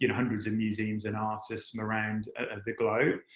you know hundreds of museums and artists from around ah the globe.